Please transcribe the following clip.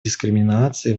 дискриминации